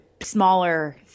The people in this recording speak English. Smaller